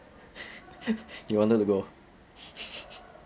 you wanted to go